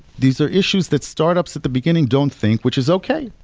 these are issues that startups at the beginning don't think, which is okay.